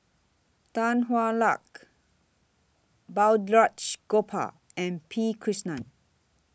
Tan Hwa Luck Balraj Gopal and P Krishnan